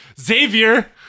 Xavier